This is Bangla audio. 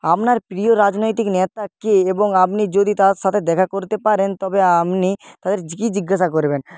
আপনার প্রিয় রাজনৈতিক নেতা কে এবং আপনি যদি তার সাথে দেখা করতে পারেন তবে আপনি তাদের কী জিজ্ঞাসা করবেন